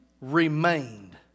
remained